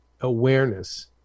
awareness